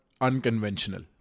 unconventional